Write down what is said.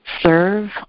Serve